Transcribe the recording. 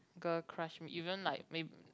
girl crush even like mayb~